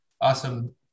Awesome